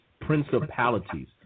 principalities